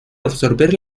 absorber